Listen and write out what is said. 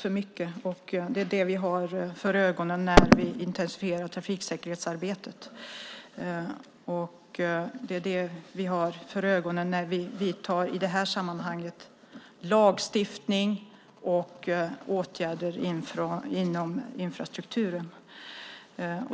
för mycket. Det är det vi har för ögonen när vi intensifierar trafiksäkerhetsarbetet. Det är det vi har för ögonen när vi i detta sammanhang föreslår lagstiftning och vidtar åtgärder inom infrastrukturen.